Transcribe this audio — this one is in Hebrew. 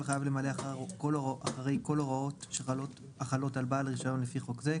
חייב למלא אחרי כל ההוראות החלות על בעל רישיון לפי חוק זה,